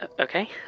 Okay